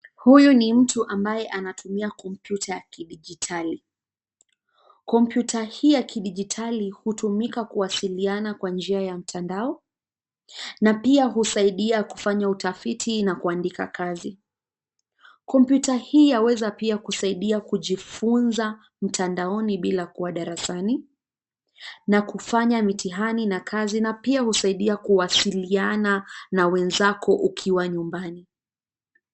Huyu ni mtu ambaye anatumia kompyuta ya kidijitali. Kompyuta hii ya kidijitali hutumika kuwasiliana kwa njia ya mtandao na pia husaidia kufanya utafiti na kuandika kazi. Kompyuta hii yaweza pia kusaidia kujifunza mtandaoni bila kuwa darasani; na kufanya mitihani na kazi, na pia kuwasiliana na mwenzako ukiwa nyumbani.